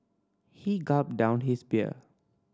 he gulped down his beer